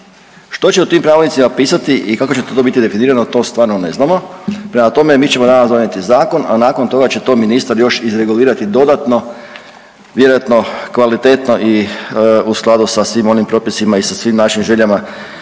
Što će u tim pravilnicima pisati i kako će to biti definirano, to stvarno ne znamo, prema tome, mi ćemo danas donijeti zakon, a nakon toga će to ministar još izregulirati dodatno, vjerojatno kvalitetno i u skladu sa svim onim propisima i sa svim našim željama